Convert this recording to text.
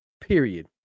period